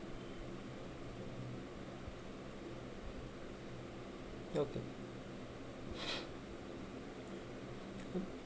ya okay